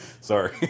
Sorry